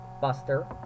Buster